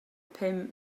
pum